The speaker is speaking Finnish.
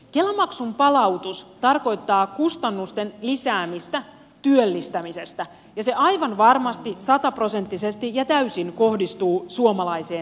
kela maksun palautus tarkoittaa kustannusten lisäämistä työllistämisestä ja se aivan varmasti sataprosenttisesti ja täysin kohdistuu suomalaiseen työhön